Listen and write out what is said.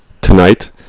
tonight